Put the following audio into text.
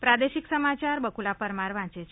પ્રાદેશિક સમાચાર બકુલા પરમાર વાંચે છે